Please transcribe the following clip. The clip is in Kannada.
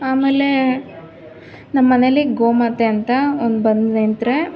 ಆಮೇಲೆ ನಮ್ಮ ಮನೆಯಲ್ಲಿ ಗೋಮಾತೆ ಅಂತ ಒಂದು ಬಂದು ನಿಂತರೆ